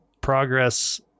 progress